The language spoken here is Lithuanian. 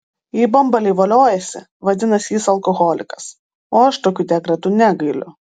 jei bambaliai voliojasi vadinasi jis alkoholikas o aš tokių degradų negailiu